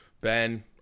Ben